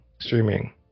streaming